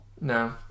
No